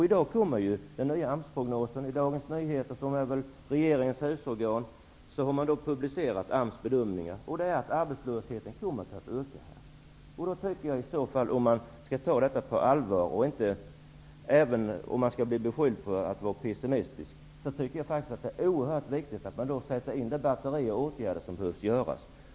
I dag kommer den nya AMS-prognosen i Dagens Nyheter, som väl är regeringens husorgan, och den säger att arbetslösheten kommer att öka. Man skall ta detta på allvar, även om man då blir beskylld för att vara pessimistisk. Det är oerhört viktigt att man sätter in det batteri av åtgärder som krävs.